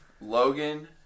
Logan